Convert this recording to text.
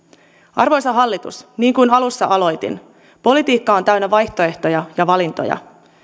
arvoisa hallitus niin kuin alussa aloitin politiikka on täynnä vaihtoehtoja ja valintoja